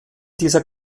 dieser